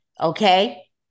Okay